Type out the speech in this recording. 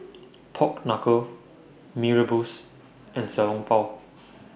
Pork Knuckle Mee Rebus and Xiao Long Bao